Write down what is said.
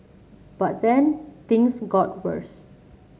but then things got worse